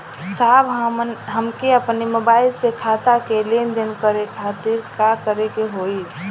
साहब हमके अपने मोबाइल से खाता के लेनदेन करे खातिर का करे के होई?